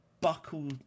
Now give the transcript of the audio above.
buckle